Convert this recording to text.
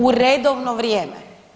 U redovno vrijeme.